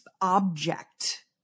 object